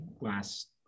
last